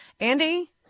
Andy